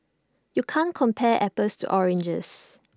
you can't compare apples to oranges